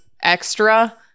extra-